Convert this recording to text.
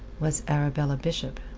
was arabella bishop.